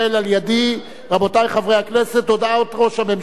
רבותי חברי הכנסת: הודעת ראש הממשלה,